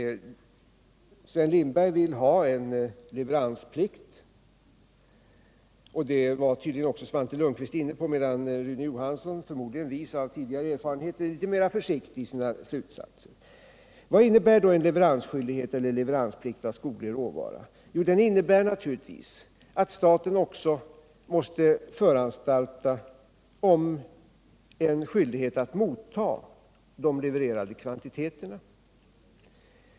Sven Lindberg vill ha en leveransplikt — och det var också Svante Lundkvist inne på — medan Rune Johansson, tydligen vis av tidigare erfarenheter, är litet mera försiktig i sina slutsatser. Vad innebär då en leveransplikt beträffande skoglig råvara? Jo, naturligtvis också att staten måste föranstalta om en skyldighet att motta de levererade kvantiteterna.